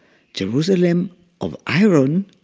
jerusalem of iron